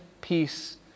peace